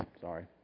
Sorry